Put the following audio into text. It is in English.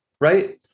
Right